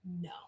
no